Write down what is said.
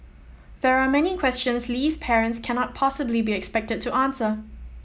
there are many questions Lee's parents cannot possibly be expected to answer